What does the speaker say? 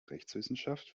rechtswissenschaft